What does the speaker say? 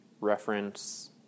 reference